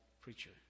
preacher